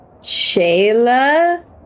Shayla